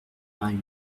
vingt